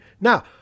now